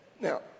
Now